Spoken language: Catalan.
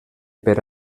per